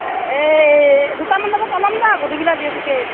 এই দুটামান বজাত ওলাম দে গধূলি বেলা যিহেতুকে